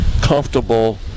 comfortable